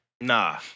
Nah